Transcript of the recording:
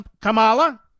Kamala